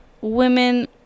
women